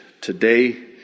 today